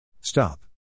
Stop